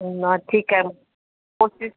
न ठीकु आहे कोशिशि